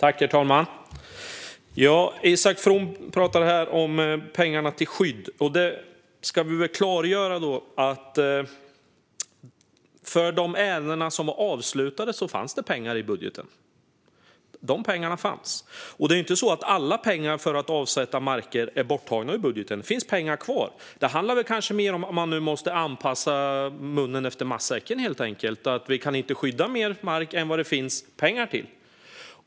Herr talman! Isak From talar om pengarna till skydd, och då ska vi väl klargöra att det fanns pengar i budgeten för de ärenden som var avslutade. De pengarna fanns. Det är inte heller så att alla pengar för att avsätta marker är borttagna ur budgeten, utan det finns pengar kvar. Det handlar väl kanske mer om att man nu helt enkelt måste rätta munnen efter matsäcken. Vi kan inte skydda mer mark än det finns pengar till.